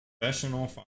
Professional